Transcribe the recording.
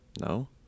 No